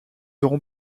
auront